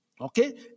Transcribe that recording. okay